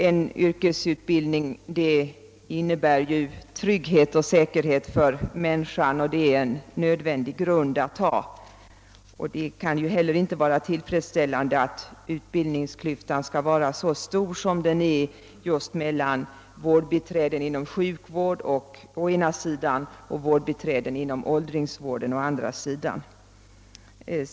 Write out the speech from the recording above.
En yrkesutbildning innebär ju trygghet och säkerhet för människan, och det är en nödvändig grund att ha. Det kan inte heller vara tillfredsställande att utbildningsklyftan skall vara så stor som den är just mellan vårdbiträden inom sjukvården å ena sidan och vårdbiträden inom åldringsvården å den andra sidan.